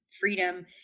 freedom